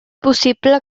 possible